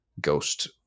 ghost